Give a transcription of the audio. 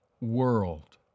world